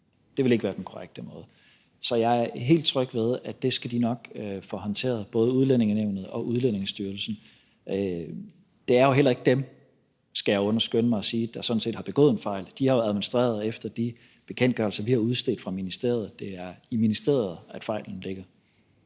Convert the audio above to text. Det ville ikke være den korrekte måde. Så jeg er helt tryg ved, at det skal de nok få håndteret, både Udlændingenævnet og Udlændingestyrelsen. Det er jo heller ikke dem, skal jeg skynde mig at sige, der sådan set har begået en fejl. De har jo administreret efter de bekendtgørelser, vi har udstedt fra ministeriet. Det er i ministeriet, fejlen ligger.